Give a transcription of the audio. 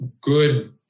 good